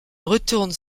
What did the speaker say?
retournent